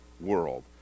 world